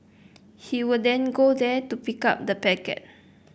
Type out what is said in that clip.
he would then go there to pick up the packet